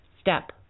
step